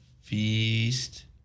Feast